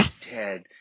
Ted